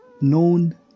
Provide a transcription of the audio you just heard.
known